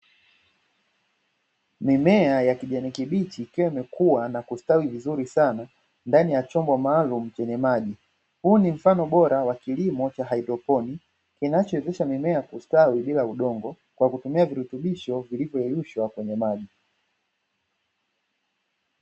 Mimea ya kijani kibichi ikiwa imekuwa na kustawi vizuri sana ndani ya chombo maalum kwenye maji. Huu ni mfano bora wa kilimo cha haidroponi, kinachowezesha mimea kustawi bila udongo kwa kutumia virutubisho vilivyoyeyushwa kwenye maji.